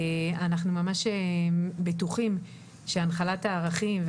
אנחנו ממש בטוחים שהנחלת הערכים,